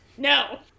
No